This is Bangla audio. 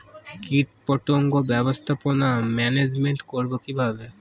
কীটপতঙ্গ ব্যবস্থাপনা ম্যানেজমেন্ট করব কিভাবে?